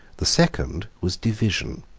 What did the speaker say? the second was division.